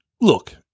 Look